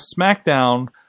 SmackDown